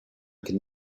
can